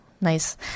Nice